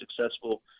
successful